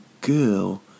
girl